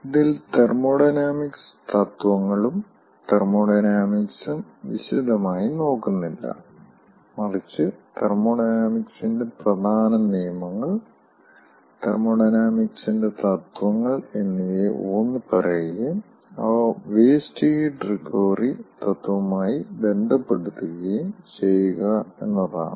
ഇതിൽ തെർമോഡൈനാമിക് തത്വങ്ങളും തെർമോഡൈനാമിക്സും വിശദമായി നോക്കുന്നില്ല മറിച്ച് തെർമോഡൈനാമിക്സിന്റെ പ്രധാന നിയമങ്ങൾ തെർമോഡൈനാമിക്സിന്റെ തത്വങ്ങൾ എന്നിവയെ ഊന്നിപ്പറയുകയും അവ വേസ്റ്റ് ഹീറ്റ് റിക്കവറി തത്വവുമായി ബന്ധപ്പെടുത്തുകയും ചെയ്യുക എന്നതാണ്